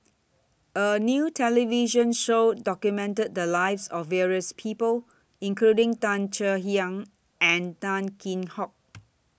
A New television Show documented The Lives of various People including Tan Kek Hiang and Tan Kheam Hock